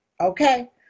Okay